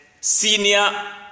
senior